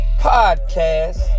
podcast